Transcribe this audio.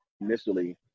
initially